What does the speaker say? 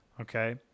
Okay